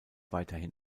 weiterhin